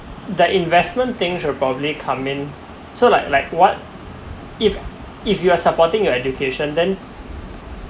the investment things should probably come in so like like what if if you're supporting your education then